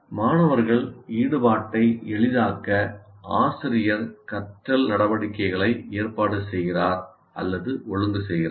மாணவர் ஈடுபாட்டை எளிதாக்க ஆசிரியர் கற்றல் நடவடிக்கைகளை ஏற்பாடு செய்கிறார் அல்லது ஒழுங்கு செய்கிறார்